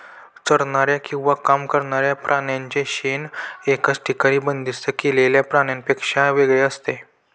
चरणाऱ्या किंवा काम करणाऱ्या प्राण्यांचे शेण एकाच ठिकाणी बंदिस्त केलेल्या प्राण्यांपेक्षा वेगळे असते